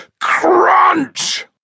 crunch